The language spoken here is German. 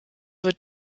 wird